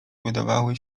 wydawały